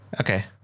okay